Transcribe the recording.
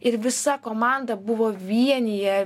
ir visa komanda buvo vienyje